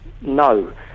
No